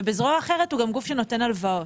ובזרוע אחרת הוא גם גוף שנותן הלוואות.